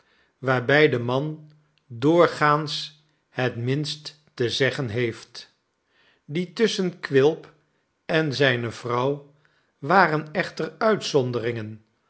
waarbij de man doorgaans het minst te zeggen heeft die tusschen quilp en zijne vrouw waren echter uitzonderingen